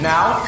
now